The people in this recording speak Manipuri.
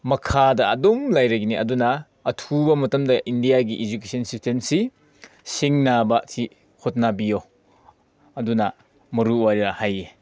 ꯃꯈꯥꯗ ꯑꯗꯨꯝ ꯂꯩꯔꯒꯅꯤ ꯑꯗꯨꯅ ꯑꯊꯨꯕ ꯃꯇꯝꯗ ꯏꯟꯗꯤꯌꯥꯒꯤ ꯏꯖꯨꯀꯦꯁꯟ ꯁꯤꯁꯇꯦꯝꯁꯤ ꯁꯤꯡꯅꯕꯁꯤ ꯍꯣꯠꯅꯕꯤꯌꯨ ꯑꯗꯨꯅ ꯃꯔꯨꯑꯣꯏꯔꯦ ꯍꯥꯏꯌꯦ